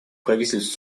правительств